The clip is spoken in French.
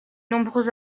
nombreux